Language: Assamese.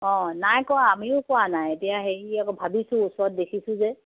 অঁ নাই কোৱা আমিও কোৱা নাই এতিয়া হেৰি আকৌ ভাবিছোঁ ওচৰত দেখিছোঁ যে